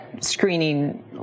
screening